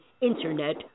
internet